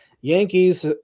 Yankees